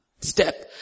step